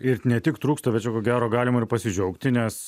ir ne tik trūksta bet čia ko gero galima ir pasidžiaugti nes